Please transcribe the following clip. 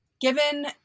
given